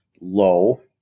low